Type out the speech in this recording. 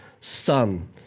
son